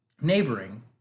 neighboring